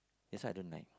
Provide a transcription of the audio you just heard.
that's why I don't like